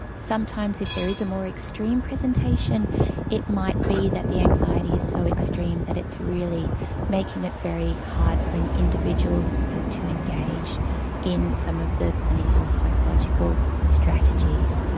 sometimes if there is a more extreme presentation it might be that the anxiety is so extreme that it's really making it very hard for an individual to engage in some of the clinical psychological strategies.